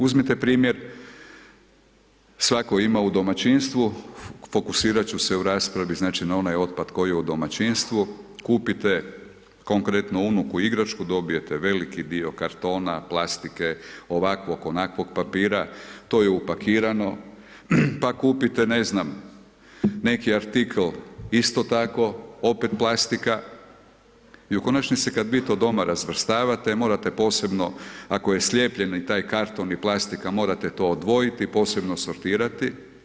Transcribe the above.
Uzmite primjer, svatko ima u domaćinstvu fokusirati ću se u raspravi na onaj otpad koji je u domaćinstvu, kupite, konkretno unuku igračku, dobijete veliki dio kartona, plastike, ovakvog, onakvog papira, to je upakirano, pa kupite ne znam neki artikl isto tako, opet plastika i u konačnici kada vi to doma razvrstavate morate posebno ako je slijepljeno taj karton i plastika, morate to odvojiti i posebno sortirati.